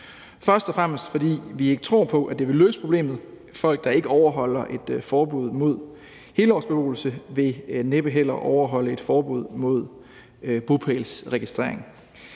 først og fremmest, fordi vi ikke tror på, at det vil løse problemet, da folk, der ikke overholder et forbud mod helårsbeboelse, næppe heller vil overholde et forbud mod bopælsregistrering.